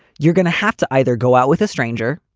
you're going to have to either go out with a stranger.